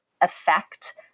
effect